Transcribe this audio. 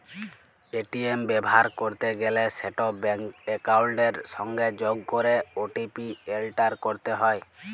ATM ব্যাভার ক্যরতে গ্যালে সেট ব্যাংক একাউলটের সংগে যগ ক্যরে ও.টি.পি এলটার ক্যরতে হ্যয়